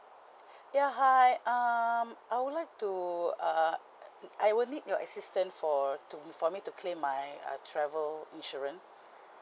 ya hi um I would like to uh I will need your assistant for to for me to claim my uh travel insurance